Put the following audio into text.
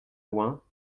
loin